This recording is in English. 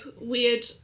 weird